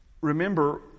Remember